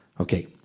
Okay